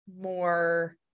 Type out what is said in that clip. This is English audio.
more